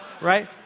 right